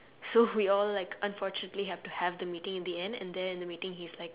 so we all like unfortunately have to have the meeting in the end and there in the meeting he's like